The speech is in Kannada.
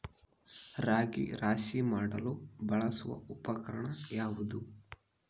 ರಾಗಿ ರಾಶಿ ಮಾಡಲು ಬಳಸುವ ಉಪಕರಣ ಯಾವುದು?